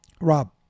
Rob